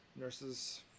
nurses